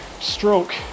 stroke